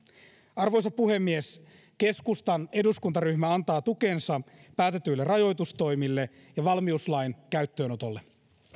arvoisa puhemies keskustan eduskuntaryhmä antaa tukensa päätetyille rajoitustoimille ja valmiuslain käyttöönotolle